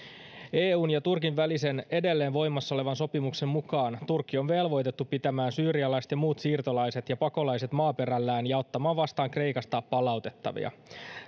eun ja turkin välisen edelleen voimassa olevan sopimuksen mukaan turkki on velvoitettu pitämään syyrialaiset ja muut siirtolaiset ja pakolaiset maaperällään ja ottamaan vastaan kreikasta palautettavia